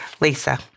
Lisa